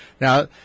Now